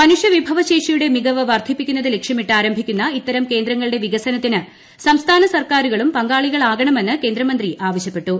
മനുഷൃ വിഭവ ശേഷിയുടെ മികവ് വർദ്ധിപ്പിക്കുന്നത് ലക്ഷ്യമിട്ട് ആരംഭിക്കുന്ന ഇത്തരം കേന്ദ്രങ്ങളുടെ വികസനത്തിന് സംസ്ഥാന സർക്കാരുകളും പങ്കാളികളാകണമെന്ന് കേന്ദ്രമന്ത്രി ആവശ്യപ്പെട്ടു